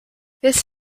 this